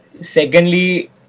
Secondly